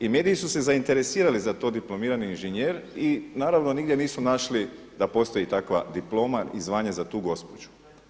I mediji su se zainteresirali za to diplomirani inženjer i naravno nigdje nisu našli da postoji takva diploma i zvanje za tu gospođu.